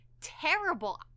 terrible